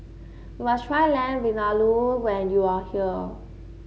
you must try Lamb Vindaloo when you are here